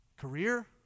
career